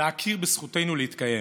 להכיר בזכותנו להתקיים".